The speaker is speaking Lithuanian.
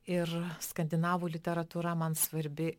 ir skandinavų literatūra man svarbi